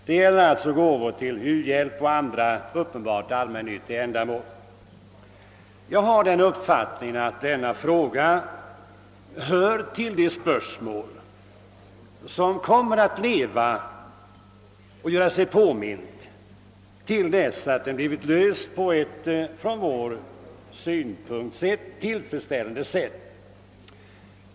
Det gäller alltså gåvor till u-hjälp och andra uppenbart allmännyttiga ändamål. Jag har den uppfattningen att denna fråga hör till de spörsmål som kommer att leva och göra sig påminda tills de blivit lösta på ett ur vår synpunkt tillfredsställande sätt.